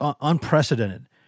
unprecedented